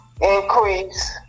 increase